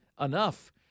enough